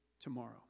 tomorrow